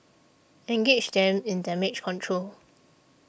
engage them in damage control